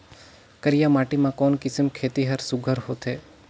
करिया माटी मा कोन किसम खेती हर सुघ्घर होथे?